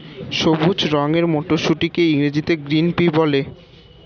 সবুজ রঙের মটরশুঁটিকে ইংরেজিতে গ্রিন পি বলে